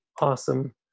awesome